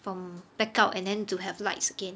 from black out and then to have lights again